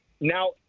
Now